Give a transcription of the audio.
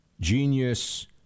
genius